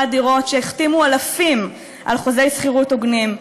הדירות שהחתימו אלפים על חוזי שכירות הוגנים,